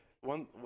one